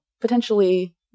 potentially